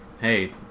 hey